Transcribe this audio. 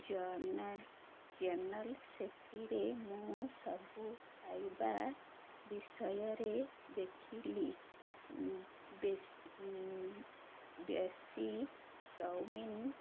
journal journal ସେଥିରେ ମୁଁ ସବୁ ଖାଇବା ବିଷୟରେ ଦେଖିଲି ବେଶୀ ଚାଓମିନ